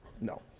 No